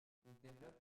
développe